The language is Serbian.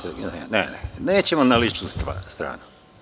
Ne, nećemo na ličnu stranu.